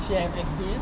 she have experience